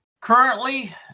currently